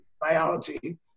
biology